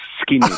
skinny